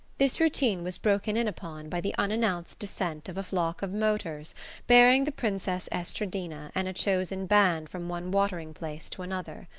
this routine was broken in upon by the unannounced descent of a flock of motors bearing the princess estradina and a chosen band from one watering-place to another.